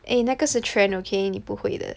eh 那个是 trend okay 你不会的